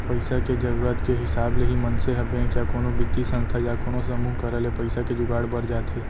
पइसा के जरुरत के हिसाब ले ही मनसे ह बेंक या कोनो बित्तीय संस्था या कोनो समूह करा ले पइसा के जुगाड़ बर जाथे